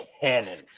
cannon